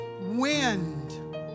wind